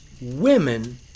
women